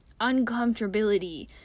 uncomfortability